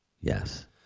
Yes